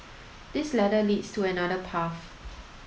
this ladder leads to another path